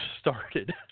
started